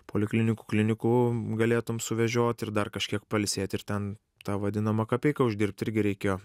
poliklinikų klinikų galėtum suvežiot ir dar kažkiek pailsėt ir ten tą vadinamą kapeiką uždirbt irgi reikėjo